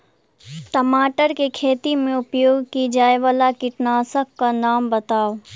टमाटर केँ खेती मे उपयोग की जायवला कीटनासक कऽ नाम बताऊ?